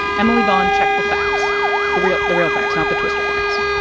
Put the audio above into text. emily vaughn checked the facts the real the real facts, not the twister facts.